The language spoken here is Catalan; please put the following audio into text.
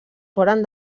foren